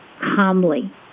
calmly